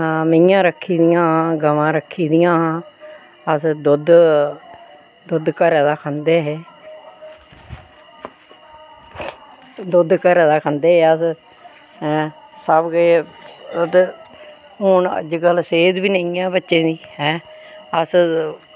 मेंहियां रक्खी दियां हियां गवांऽ रक्खी दियां हियां अस दुद्ध दुद्ध घरै दा खंदे हे ते दुद्ध घरै दा खंदे हे अस ऐं सब किश ते हून अज्जकल सेह्त बी निं ऐ बच्चें दी अस